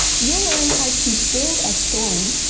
you'll learn how to build a story,